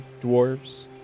dwarves